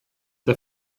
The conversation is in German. der